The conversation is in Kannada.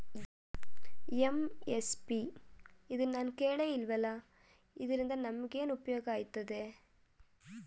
ಎಂ.ಎಸ್.ಪಿ ಇದ್ನನಾನು ಕೇಳೆ ಇಲ್ವಲ್ಲ? ಇದ್ರಿಂದ ನಮ್ಗೆ ಏನ್ಉಪ್ಯೋಗ ಆಯ್ತದೆ?